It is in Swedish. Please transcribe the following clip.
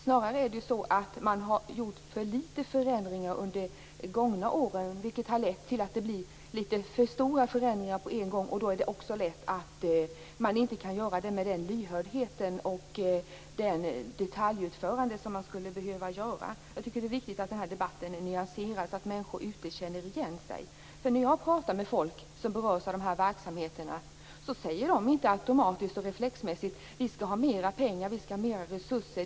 Snarare är det så att man har gjort för litet förändringar under de gångna åren, vilket har lett till att det blir litet för stora förändringar på en gång. Då är det också lätt att man inte kan göra dem med den lyhördhet och det detaljutförande som man skulle behöva göra. Jag tycker att det är viktigt att den här debatten är nyanserad så att människor känner igen sig. När jag pratar med folk som berörs av de här verksamheterna säger de inte automatiskt och reflexmässigt: Vi skall ha mer pengar, vi skall ha mer resurser!